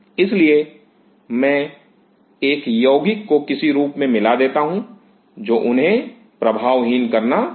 इसलिए मैं एक यौगिक को किसी रूप में मिला देता हूं जो उन्हें प्रभावहीन करना शुरू कर देगा